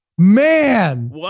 Man